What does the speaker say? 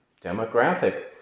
demographic